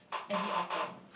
any author